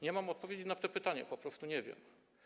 Nie mam odpowiedzi na to pytanie, po prostu nie wiem.